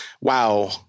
Wow